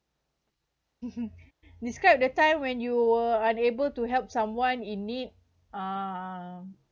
describe the time when you were unable to help someone in need uh